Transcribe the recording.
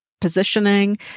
positioning